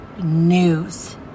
news